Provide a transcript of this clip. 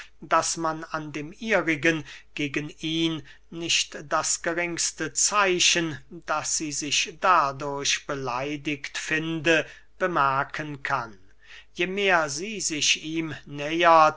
daß man an dem ihrigen gegen ihn nicht das geringste zeichen daß sie sich dadurch beleidigt finde bemerken kann je mehr sie sich ihm